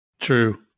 True